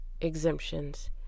exemptions